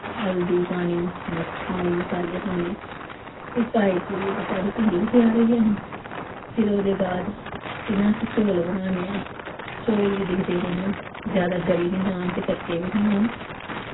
हल्दी पानी मर्च पानी मसाले पाने फिर पाई पुइयै ते साढ़ी भिंडी बी त्यार होई जानी फिर ओह्दे बाद जि'यां अस चौल बनान्ने आं चौल गी दिखदे रौह्ना जैदा ग'ली बी निं जाह्न ते कच्चे बी निं होन